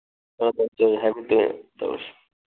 ꯍꯣꯏ ꯍꯣꯏ ꯑꯗꯨꯗꯤ ꯍꯥꯏꯕ꯭ꯔꯤꯠꯇꯣ ꯇꯧꯔꯁꯤ